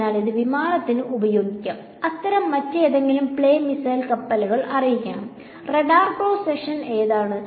അതിനാൽ ഇത് വിമാനത്തിന് ഉപയോഗിക്കാം അത്തരം മറ്റേതെങ്കിലും പ്ലേ മിസൈലുകൾ കപ്പലുകൾക്ക് അറിയണം റഡാർ ക്രോസ് സെക്ഷൻ എന്താണ്